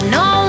no